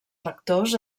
lectors